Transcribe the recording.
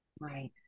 right